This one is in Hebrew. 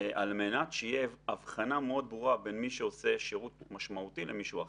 על מנת שתהיה אבחנה מאוד ברורה בין מי שעושה שירות משמעותי למישהו אחר.